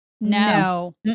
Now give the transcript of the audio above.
No